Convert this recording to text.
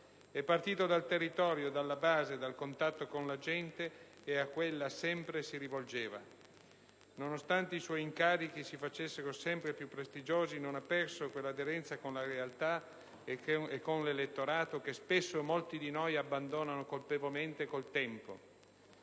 è partito dal territorio, dalla base, dal contatto con la gente e a quella sempre si rivolgeva. Nonostante i suoi incarichi si facessero sempre più prestigiosi, non ha perso quell'aderenza con la realtà e con l'elettorato che spesso molti di noi abbandonano colpevolmente col tempo.